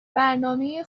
برنامه